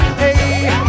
hey